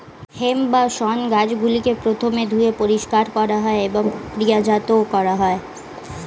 hemp বা শণ গাছগুলিকে প্রথমে ধুয়ে পরিষ্কার করা হয় এবং প্রক্রিয়াজাত করা হয়